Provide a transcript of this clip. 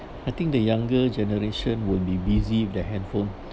I think the younger generation will be busy with their handphone